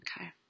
okay